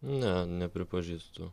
ne nepripažįstu